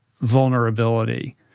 vulnerability